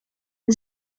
and